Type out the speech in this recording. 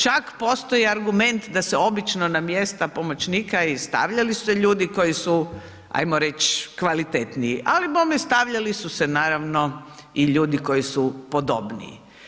Čak postoji argument, da se obično na mjesta pomoćnika i stavljali su se ljudi, koji su, ajmo reći kvalitetniji, ali bome stavljali su se naravno i ljudi koji su podobniji.